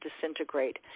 disintegrate